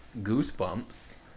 goosebumps